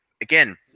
Again